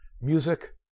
music